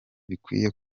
bikwiye